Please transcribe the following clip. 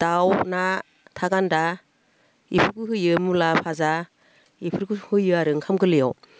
दाउ ना था गान्दा इफोरखौ होयो मुला भाजा इफोरखौ होयो आरो ओंखाम गोरलैयाव